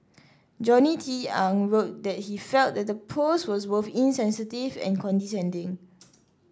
Johnny Tang wrote that he felt the post was both insensitive and condescending